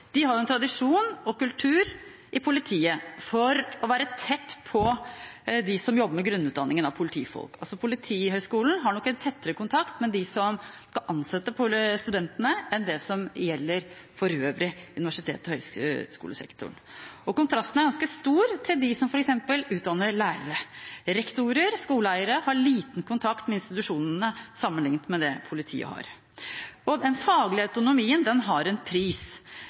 de tradisjon og kultur for å være tett på dem som jobber med grunnutdanningen av politifolk. Politihøgskolen har nok en tettere kontakt med dem som skal ansette studentene, enn det som gjelder for øvrig i universitets- og høyskolesektoren. Kontrasten er ganske stor til dem som f.eks. utdanner lærere. Rektorer og skoleeiere har liten kontakt med institusjonene sammenlignet med det politiet har. Den faglige autonomien har en pris.